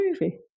movie